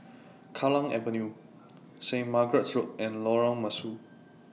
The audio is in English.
Kallang Avenue Saint Margaret's Road and Lorong Mesu